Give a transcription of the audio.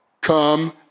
come